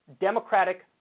Democratic